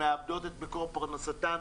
מאבדות את מקור פרנסתן,